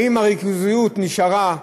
האם הריכוזיות נשארה?